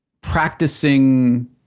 practicing